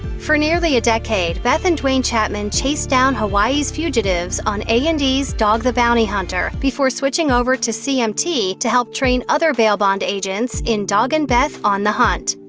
for nearly a decade, beth and duane chapman chased down hawaii's fugitives on a and e's dog the bounty hunter, before switching over to cmt to help train other bail bond agents in dog and beth on the hunt.